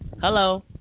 Hello